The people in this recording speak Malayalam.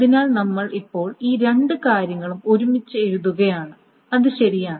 അതിനാൽ നമ്മൾ ഇപ്പോൾ ഈ രണ്ട് കാര്യങ്ങളും ഒരുമിച്ച് എഴുതുകയാണ് അത് ശരിയാണ്